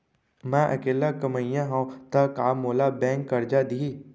मैं अकेल्ला कमईया हव त का मोल बैंक करजा दिही?